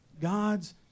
God's